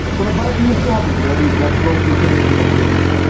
so the bike needs to have a very retro futuristic appearance.